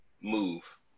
move